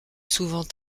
souvent